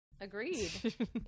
agreed